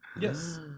Yes